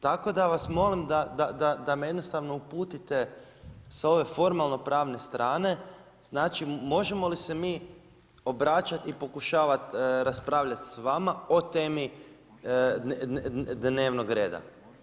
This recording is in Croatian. Tako da vas molim da me jednostavno uputite sa ove formalno-pravne strane znači možemo li se mi obraćati i pokušavati raspravljati s vama o temi dnevnog reda.